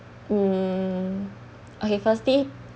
um okay firstly